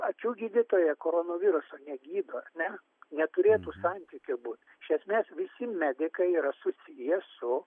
akių gydytoja koronaviruso negydo ar ne neturėtų santykio būt iš esmės visi medikai yra susiję su